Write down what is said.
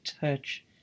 touch